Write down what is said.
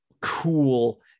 cool